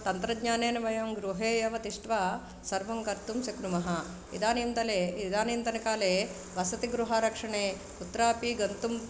तन्त्रज्ञानेन वयं गृहे एव तिष्ट्वा सर्वं कर्तुं शक्नुमः इदानीं इदानीन्तनकाले वसतिगृहारक्षणे कुत्रापि गन्तुं